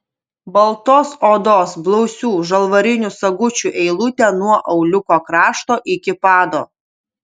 baltos odos blausių žalvarinių sagučių eilutė nuo auliuko krašto iki pado